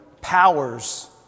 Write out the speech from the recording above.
powers